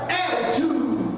attitude